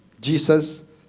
Jesus